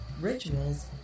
rituals